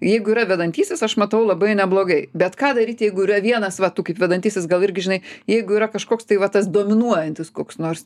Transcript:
jeigu yra vedantysis aš matau labai neblogai bet ką daryt jeigu yra vienas va tu kaip vedantysis gal irgi žinai jeigu yra kažkoks tai vat tas dominuojantis koks nors